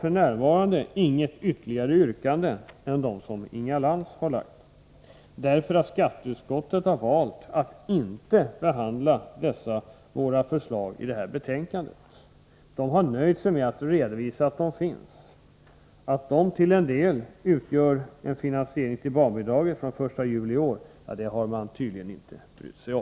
F.n. har jag inget annat yrkande än det som Inga Lantz har framställt. Skatteutskottet har ju valt att inte behandla dessa våra förslag i det aktuella betänkandet. Man har nöjt sig med att redovisa att de finns. Att förslagen till en del gäller finansieringen av en höjning av barnbidraget från den 1 juli i år har man tydligen inte brytt sig om.